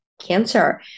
cancer